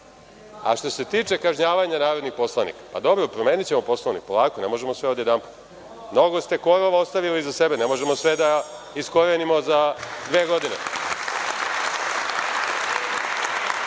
što se tiče kažnjavanja narodnih poslanika, pa dobro promenićemo Poslovnik, polako ne možemo sve odjedanput, mnogo ste korova ostavili iza sebe ne možemo sve da iskorenimo za dve godine. Što